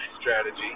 strategy